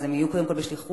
הם יהיו קודם כול בשליחות,